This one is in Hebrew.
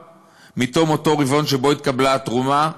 מתום אותו רבעון שבו התקבלה התרומה,